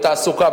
בתעסוקה,